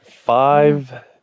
Five